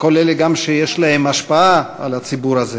לכל אלה שגם יש להם השפעה על הציבור הזה: